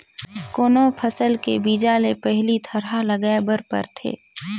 कोनो फसल के बीजा ले पहिली थरहा लगाए बर परथे